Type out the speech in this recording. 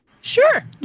Sure